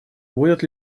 будет